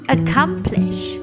Accomplish